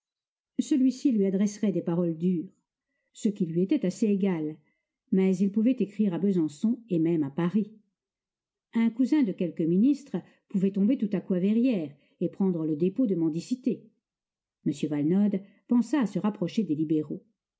celui-ci lui adresserait des paroles dures ce qui lui était assez égal mais il pouvait écrire à besançon et même à paris un cousin de quelque ministre pouvait tomber tout à coup à verrières et prendre le dépôt de mendicité m valenod pensa à se rapprocher des libéraux